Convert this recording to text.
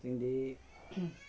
mm